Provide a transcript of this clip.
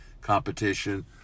competition